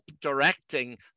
directing